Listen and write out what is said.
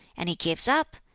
and he gives up,